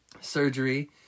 surgery